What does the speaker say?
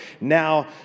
Now